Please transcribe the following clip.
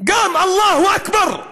גם "אללה אכבר",